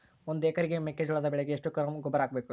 ಒಂದು ಎಕರೆ ಮೆಕ್ಕೆಜೋಳದ ಬೆಳೆಗೆ ಎಷ್ಟು ಕಿಲೋಗ್ರಾಂ ಗೊಬ್ಬರ ಹಾಕಬೇಕು?